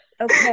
Okay